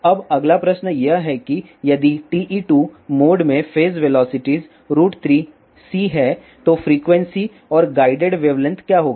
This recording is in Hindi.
अब अगला प्रश्न यह है कि यदि TE2 मोड में फेज वेलोसिटीज 3c है तो फ्रीक्वेंसी और गाइडेड वेवलेंथ क्या होगा